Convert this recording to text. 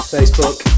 Facebook